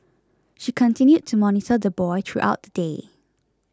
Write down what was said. she continued to monitor the boy throughout the day